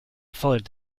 followed